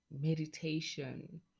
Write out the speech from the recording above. meditation